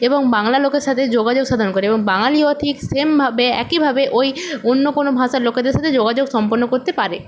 এবং বাংলা লোকের সাথে যোগাযোগ সাধন করে এবং বাঙালিও ঠিক সেমভাবে একইভাবে ওই অন্য কোনো ভাষার লোকেদের সাথে যোগাযোগ সম্পন্ন করতে পারে